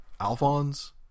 Alphonse